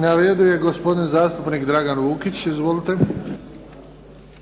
Na redu je gospodin zastupnik Dragan Vukić. Izvolite.